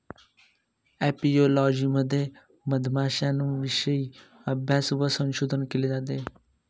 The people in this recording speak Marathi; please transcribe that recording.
अपियोलॉजी मध्ये मधमाश्यांविषयी अभ्यास व संशोधन केले जाते